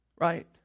right